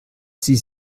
sie